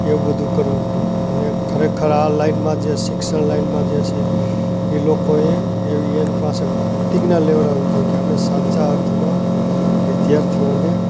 એવું બધું કરવું જોઈએ અને ખરેખર આ લાઈનમાં જે શિક્ષણ લાઇનમાં જે છે એ લોકોએ એવી એની પાસે પ્રતિજ્ઞા લેવડાવી જોઈએ કે અમે સાચા અર્થમાં વિદ્યાર્થીઓને